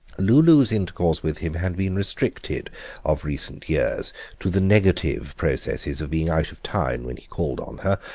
lulu's intercourse with him had been restricted of recent years to the negative processes of being out of town when he called on her,